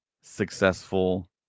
successful